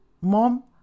mom